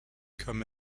come